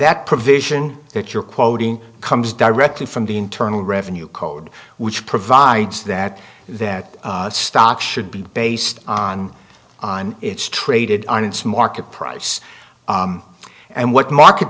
that provision that you're quoting comes directly from the internal revenue code which provides that that stock should be based on on its traded on its market price and what market